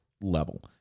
level